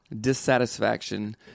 dissatisfaction